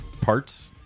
parts